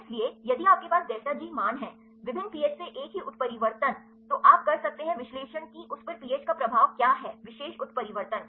इसलिए यदि आपके पास डेल्टा जी मान है विभिन्न पीएच से एक ही उत्परिवर्तन तो आप कर सकते हैं विश्लेषण कि उस पर पीएच का प्रभाव क्या है विशेष उत्परिवर्तन